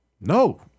No